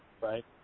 right